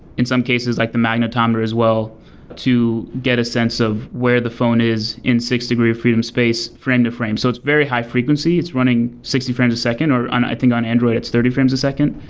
in some cases like the magnetometer as well to get a sense of where the phone is in six deg of freedom space frame-to-frame. so it's very high frequencies. it's running sixty frames a second, or i think on android it's thirty frames a second,